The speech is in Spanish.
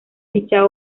dicha